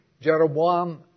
Jeroboam